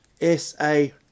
s-a